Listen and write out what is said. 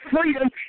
freedom